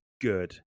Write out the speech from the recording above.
good